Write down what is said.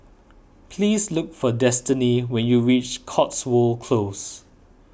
please look for Destiney when you reach Cotswold Close